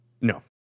no